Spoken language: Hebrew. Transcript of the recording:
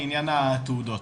לעניין התעודות,